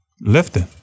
Lifting